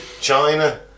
China